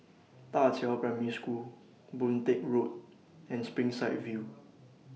DA Qiao Primary School Boon Teck Road and Springside View